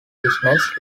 businesses